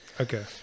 okay